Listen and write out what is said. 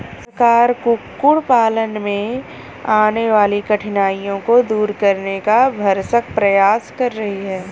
सरकार कुक्कुट पालन में आने वाली कठिनाइयों को दूर करने का भरसक प्रयास कर रही है